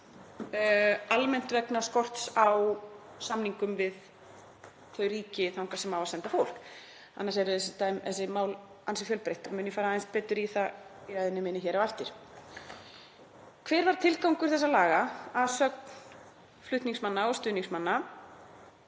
almennt er það vegna skorts á samningum við þau ríki sem á að senda fólk til. Annars eru þessi mál ansi fjölbreytt og mun ég fara aðeins betur í það í ræðu minni hér á eftir. Hver var tilgangur þessara laga að sögn flutningsmanna og stuðningsmanna?